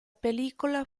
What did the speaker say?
pellicola